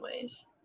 ways